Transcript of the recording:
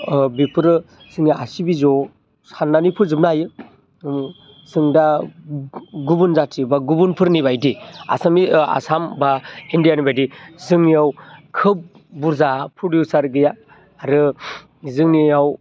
ओ बेफोरो जोंनि हारसि बिजौआव साननानै फोजोबनो हायो ओं जोंदा गुबुन जाथि बा गुबुनफोरनिबायदि आसानि आसाम बा इन्डियानिबायदि जोंनियाव खोब बुरजा प्रडिउसार गैया आरो जोंनियाव